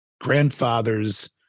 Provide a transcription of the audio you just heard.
grandfather's